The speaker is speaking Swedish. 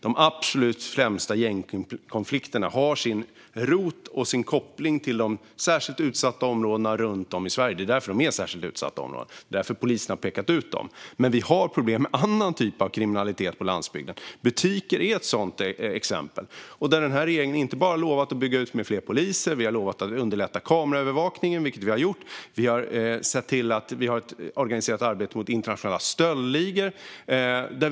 De absolut främsta gängkonflikterna har sin rot i och koppling till de särskilt utsatta områdena runt om i Sverige - det är därför dessa områden är särskilt utsatta, och det är därför polisen har pekat ut dem. På landsbygden har vi dock problem med annan typ av kriminalitet, och brott mot butiker är ett sådant exempel. Regeringen har inte bara lovat att bygga ut med fler poliser, utan vi har också lovat att underlätta kameraövervakningen, vilket vi har gjort. Vi har sett till att vi har ett organiserat arbete mot internationella stöldligor.